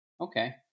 Okay